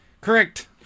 correct